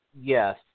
Yes